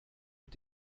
mit